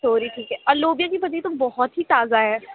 توری ٹھیک ہے اور لوبیا کی سبزی تو بہت ہی تازہ ہے